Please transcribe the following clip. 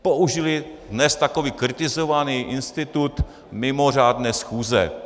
Použili dnes tak kritizovaný institut mimořádné schůze.